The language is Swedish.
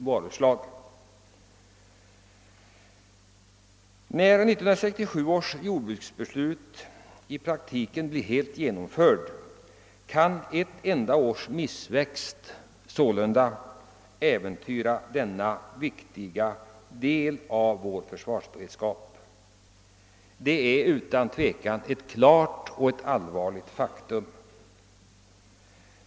När 1967 års jordbruksbeslut blir helt genomfört i praktiken kan ett enda års missväxt äventyra denna viktiga del av vår försvarsberedskap — det är ett klart och allvarligt faktum.